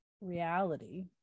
reality